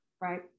right